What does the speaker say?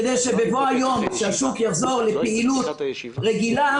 כדי שבבוא היום כשהשוק יחזור לפעילות רגילה